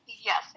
Yes